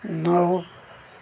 नौ